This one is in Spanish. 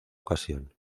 ocasión